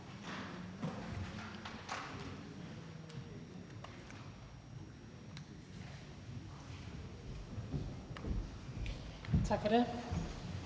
Tak. Det er